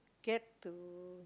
get to